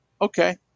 Okay